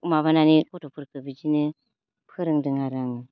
माबानानै गथ'फोरखौ बिदिनो फोरोंदों आरो आङो